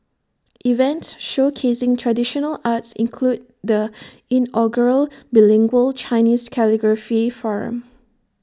events showcasing traditional arts include the inaugural bilingual Chinese calligraphy forum